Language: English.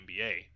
NBA